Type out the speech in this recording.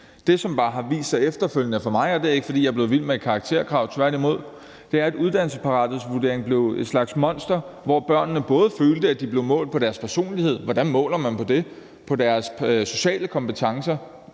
Det, som bare har vist sig efterfølgende for mig – og det er ikke, fordi jeg er blevet vild med karakterkrav, tværtimod – er, at uddannelsesparathedsvurderingen blev en slags monster, hvor børnene følte, at de både blev målt på deres personlighed og på deres sociale kompetencer.